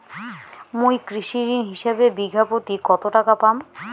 মুই কৃষি ঋণ হিসাবে বিঘা প্রতি কতো টাকা পাম?